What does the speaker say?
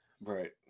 Right